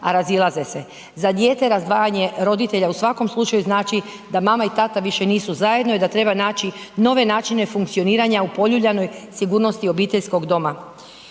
a razilaze se. Za dijete razdvajanje roditelja u svakom slučaju znači da mama i tada više nisu zajedno i da treba naći nove načine funkcioniranja u poljuljanoj sigurnosti obiteljskog doma.